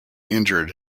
injured